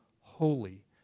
holy